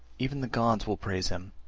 even the gods will praise him,